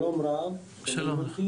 שלום רב,